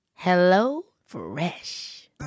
HelloFresh